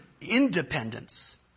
independence